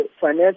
finance